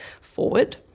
forward